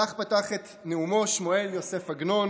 כך פתח את נאומו שמואל יוסף עגנון